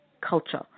culture